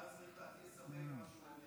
ואז צריך להטיל ספק במה שהוא אומר.